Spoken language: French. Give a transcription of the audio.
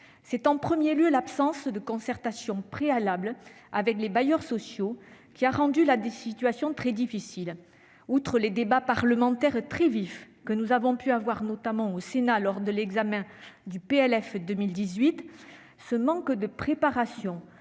C'est d'abord l'absence de concertation préalable avec les bailleurs sociaux qui a rendu la situation très difficile. Au-delà des débats parlementaires très vifs que nous avons pu avoir, notamment au Sénat, lors de l'examen du projet de loi de finances